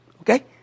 Okay